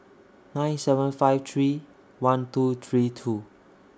nine seven five three one two three two